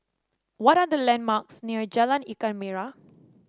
what are the landmarks near Jalan Ikan Merah